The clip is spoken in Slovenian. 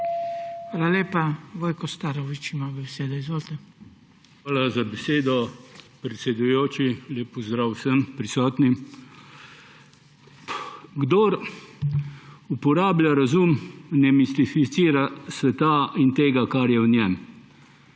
Hvala lepa. Vojko Starović ima besedo. Izvolite. VOJKO STAROVIĆ (PS SAB): Hvala za besedo, predsedujoči. Lep pozdrav vsem prisotnim! Kdor uporablja razum, ne mistificira sveta in tega, kar je v njem.